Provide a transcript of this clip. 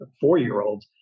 four-year-old